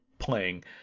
playing